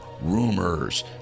Rumors